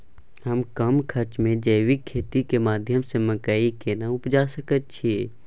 हम कम खर्च में जैविक खेती के माध्यम से मकई केना उपजा सकेत छी?